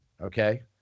Okay